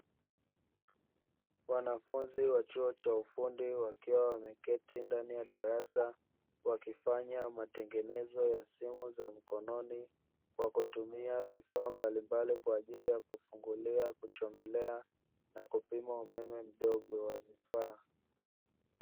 Wanafunzi wa chuo cha ufundi, wakiwa wameketi ndani ya darasa, wakifanya matengenezo ya simu za mkononi kwa kutumia vifaa mbalimbali kwa ajili ya kufungulia, kuchomelea na kupima umeme mdogo wa vifaa.